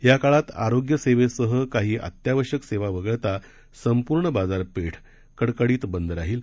या काळात आरोग्य सेवेसह काही अत्यावश्यक सेवा वगळता संपूर्ण बाजारपेठ कडकडीत बंद राहील